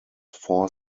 four